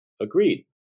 agreed